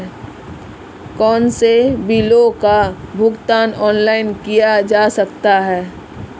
कौनसे बिलों का भुगतान ऑनलाइन किया जा सकता है?